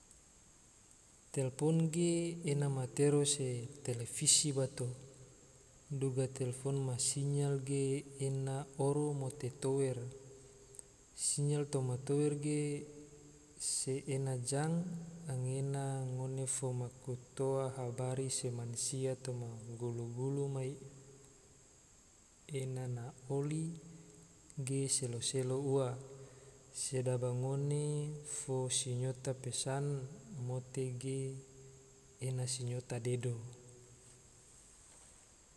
Telpon ge ena matero se televisi bato, duga telfon ma sinyal ge ena oro mote tower, sinyal toma tower ge se ena jang, anggena ngone fo maku toa habari se mansia toma gulu-gulu mai ena na oli ge selo-selo ua, sedaba ngone fo sinyota pesan mote ge ena sinyota dedo